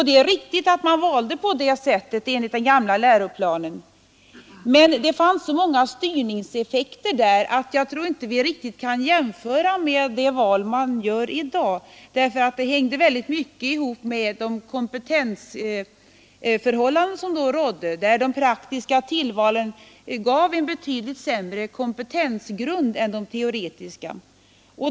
Det är riktigt att man valde på det sättet enligt den gamla läroplanen, men det fanns så många styrningseffekter att jag tror att vi inte riktigt kan jämföra med det val man gör i dag. Valet då hängde mycket ihop med det kompetensförhållande som rådde, där de praktiska tillvalen gav en betydligt sämre kompetensgrund än de teoretiska.